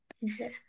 Yes